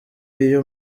iyo